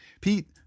pete